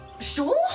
sure